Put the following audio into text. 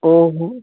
हो